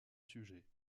sujet